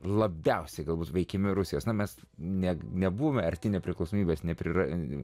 labiausiai galbūt veikiami rusijos na mes net nebuvome verti nepriklausomybės nepriimti